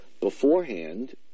beforehand